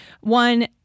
One